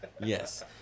Yes